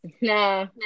No